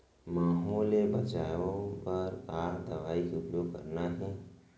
माहो ले बचाओ बर का दवई के उपयोग करना हे?